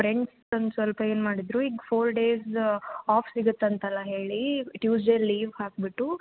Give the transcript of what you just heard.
friends ಒಂದು ಸ್ವಲ್ಪ ಏನು ಮಾಡಿದ್ದರು ಈಗ ಫೋರ್ ಡೇಸ್ ಆಫ್ ಸಿಗತ್ತೆ ಅಂತೆಲ್ಲ ಹೇಳಿ ಟ್ಯೂಸ್ಡೇ ಲೀವ್ ಹಾಕಿಬಿಟ್ಟು